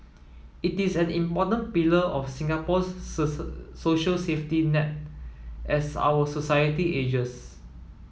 it is an important pillar of Singapore's social safety net as our society ages